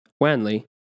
Wanley